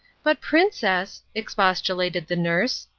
but, princess, expostulated the nurse,